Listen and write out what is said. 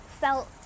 felt